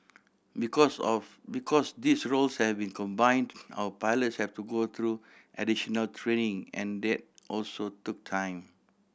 because of because these roles have been combine our pilots have to go through additional training and that also took time